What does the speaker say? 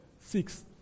Six